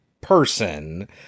person